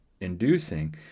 inducing